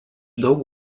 daug